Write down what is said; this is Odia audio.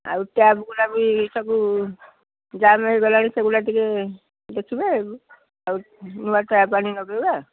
ଆଉ ଟ୍ୟାପ୍ଗୁଡ଼ା ବି ସବୁ ଜାମ୍ ହେଇଗଲାଣି ସେଗୁଡ଼ା ଟିକେ ଦେଖିବେ ଆଉ ନୂଆ ଟ୍ୟାପ୍ ଆଣି ଲଗେଇବା